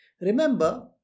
Remember